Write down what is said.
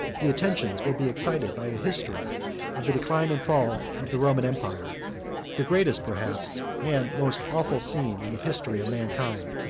the attention will be excited by a history of the decline and fall of the roman empire the greatest, perhaps, and most awful scene in the history of mankind.